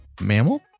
Mammal